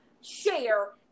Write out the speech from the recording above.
share